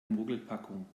mogelpackung